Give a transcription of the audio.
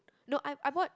no I I bought